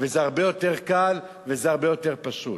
וזה הרבה יותר קל וזה הרבה יותר פשוט.